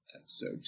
episode